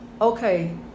Okay